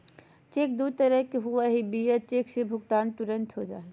cheque दू तरह के होबो हइ, बियरर चेक से भुगतान तुरंत हो जा हइ